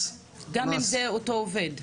גם אם זה אותו עובד?